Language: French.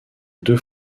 deux